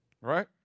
right